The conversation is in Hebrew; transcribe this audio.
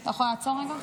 אתה לא יכול לעצור לרגע?